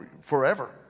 forever